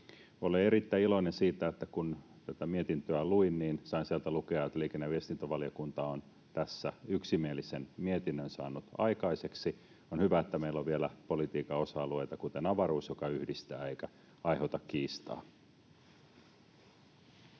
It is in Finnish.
Olen erittäin iloinen siitä, kun tätä mietintöä luin, että sain sieltä lukea, että liikenne- ja viestintävaliokunta on tässä yksimielisen mietinnön saanut aikaiseksi. On hyvä, että meillä on vielä politiikan osa-alueita kuten avaruus, joka yhdistää eikä aiheuta kiistaa.